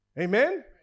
Amen